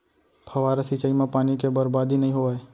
फवारा सिंचई म पानी के बरबादी नइ होवय